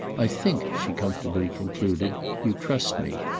i think, she comfortably concluded, you trust me.